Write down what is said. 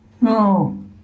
No